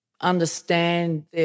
understand